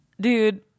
Dude